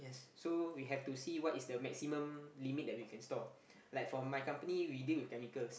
so we have to see what is the maximum limit that we can store like for my company we deal with chemicals